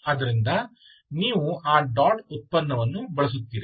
ಆದ್ದರಿಂದ ನೀವು ಆ ಡಾಟ್ ಉತ್ಪನ್ನವನ್ನು ಬಳಸುತ್ತೀರಿ